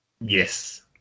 Yes